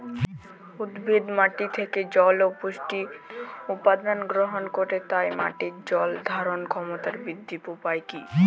উদ্ভিদ মাটি থেকে জল ও পুষ্টি উপাদান গ্রহণ করে তাই মাটির জল ধারণ ক্ষমতার বৃদ্ধির উপায় কী?